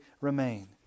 remain